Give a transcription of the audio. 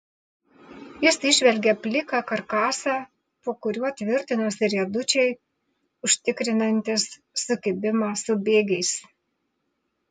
jis įžvelgė pliką karkasą po kuriuo tvirtinosi riedučiai užtikrinantys sukibimą su bėgiais